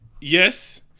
yes